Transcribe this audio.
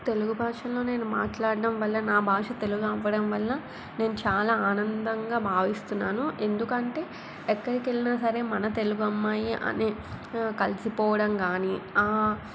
తెలుగు భాషలో నేను మాట్లాడ్డం వల్ల నా భాష తెలుగవ్వడం వల్ల నేను చాలా ఆనందంగా భావిస్తున్నాను ఎందుకంటే ఎక్కడికెళ్ళినా సరే మన తెలుగమ్మాయి అని కలిసిపోవడం కానీ